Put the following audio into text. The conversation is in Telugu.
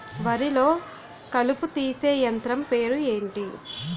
వరి లొ కలుపు తీసే యంత్రం పేరు ఎంటి?